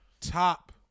top